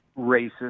racist